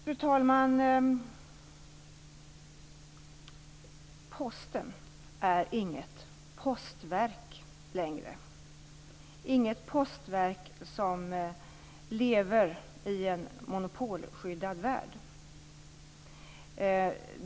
Fru talman! Posten är inget postverk längre. Det är inget postverk som lever i en monopolskyddad värld.